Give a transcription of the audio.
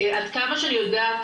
עד כמה שאני יודעת